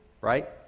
Right